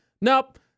Nope